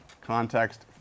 context